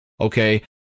Okay